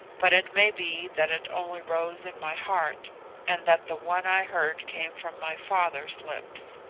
but it may be that it only rose in my heart and that the one i heard came from my father's lips.